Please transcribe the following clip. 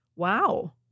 Wow